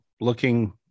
looking